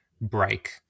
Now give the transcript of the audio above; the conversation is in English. break